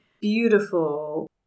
beautiful